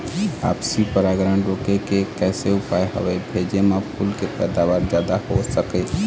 आपसी परागण रोके के कैसे उपाय हवे भेजे मा फूल के पैदावार जादा हों सके?